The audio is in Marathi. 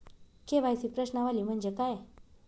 के.वाय.सी प्रश्नावली म्हणजे काय?